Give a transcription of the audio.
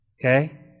Okay